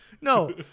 no